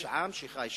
יש עם שחי שם.